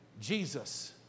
Jesus